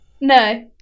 No